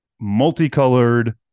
multicolored